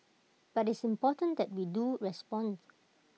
but it's important that we do respond